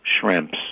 shrimps